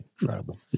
Incredible